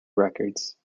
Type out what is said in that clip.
records